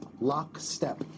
lockstep